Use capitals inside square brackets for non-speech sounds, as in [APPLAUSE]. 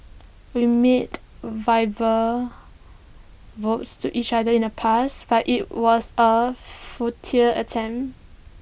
we made [UNINTELLIGIBLE] vows to each other in the past but IT was A futile attempt